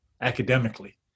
academically